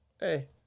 hey